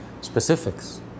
specifics